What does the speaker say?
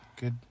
Good